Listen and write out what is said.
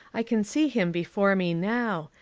i can see him before me now,